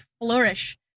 flourish